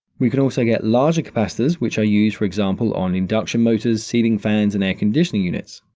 we can also get larger capacitors, which are used, for example, on induction motors, ceiling fans, and air conditioning units.